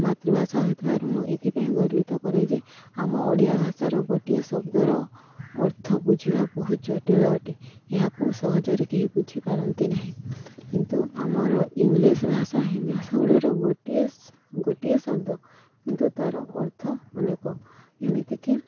ମାତୃଭାଷା ହୋଇଥିବାରୁ ମୁଁ ଏଥିପାଇଁ ଗର୍ବିତ କରେ ଯେ ଆମ ଓଡ଼ିଆ ଭାଷାର ଗୋଟିଏ ଶବ୍ଦର ଅର୍ଥ ବୁଝିବା ବହୁତ ଜଟିଳ ଅଟେ ଏହାକୁ ସହଜରେ କେହି ବୁଝିପାରନ୍ତି ନାହିଁ କିନ୍ତୁ ଆମର ଇଂଲିଶ ଭାଷା ହିନ୍ଦୀ ଭାଷା ଗୁଡ଼ିକର ଗୋଟିଏ ଗୋଟିଏ ଶବ୍ଦ କିନ୍ତୁ ତା'ର ଅର୍ଥ ଅନେକ ଯେମିତିକି